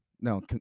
No